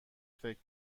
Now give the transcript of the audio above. فکر